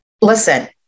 listen